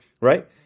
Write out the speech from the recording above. right